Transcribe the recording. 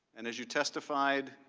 and as you testified,